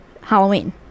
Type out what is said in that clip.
Halloween